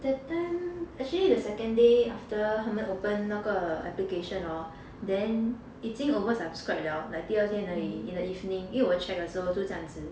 that time actually the second day after 他们 open 那个 application hor then 已经 oversubscribed [liao] like 第二天而已 in the evening 因为我 check 的时候就这样子